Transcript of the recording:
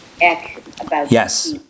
Yes